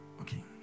Okay